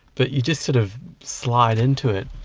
but you just sort of slide into it.